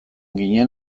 ginen